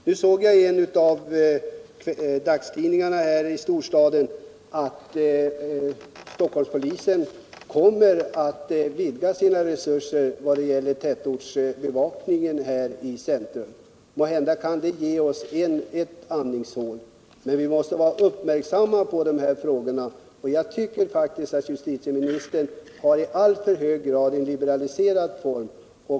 Jag såg i en av dagstidningarna här i storstaden att Stockholmspolisen kommer att vidga sina resurser vad gäller bevakningen i centrum. Måhända kan det ge oss ett andningshål. Men vi måste vara uppmärksamma på de här frågorna. Jag tycker faktiskt att justitieministern i alltför hög grad hävdar en liberaliserad tillämpning.